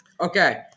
Okay